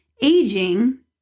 aging